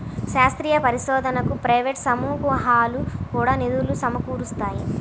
శాస్త్రీయ పరిశోధనకు ప్రైవేట్ సమూహాలు కూడా నిధులు సమకూరుస్తాయి